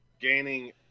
gaining